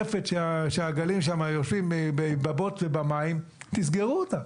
רפת שהעגלים שם יושבים בבוץ ובמים תסגרו אותה.